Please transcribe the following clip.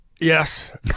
yes